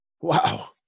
Wow